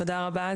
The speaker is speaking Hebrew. תודה רבה.